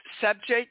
subject